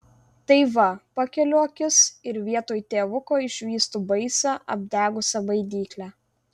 tai va pakeliu akis ir vietoj tėvuko išvystu baisią apdegusią baidyklę